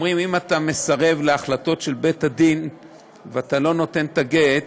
אומרים שאם אתה מסרב להחלטות של בית-הדין ואתה לא נותן את הגט,